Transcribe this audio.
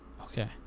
Okay